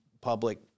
public